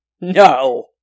No